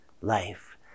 life